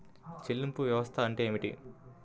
చెల్లింపు వ్యవస్థ అంటే ఏమిటి?